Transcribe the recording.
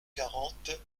quarante